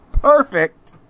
perfect